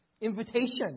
invitation